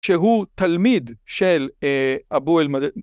שהוא תלמיד של אבו אל-מד...